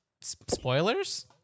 spoilers